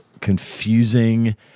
confusing